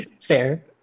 Fair